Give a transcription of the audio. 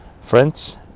Friends